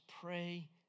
pray